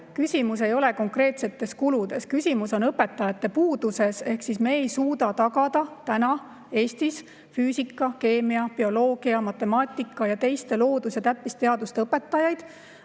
küsimus ei ole mitte konkreetsetes kuludes, vaid küsimus on õpetajate puuduses. Me ei suuda tagada Eestis füüsika, keemia, bioloogia, matemaatika ja teiste loodus- ja täppisteaduste õpetajaid